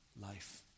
life